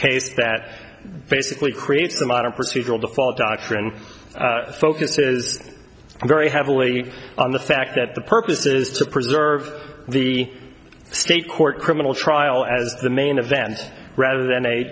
case that basically creates the modern procedural default doctrine focus is very heavily on the fact that the purpose is to preserve the state court criminal trial as the main event rather than a